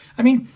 i mean,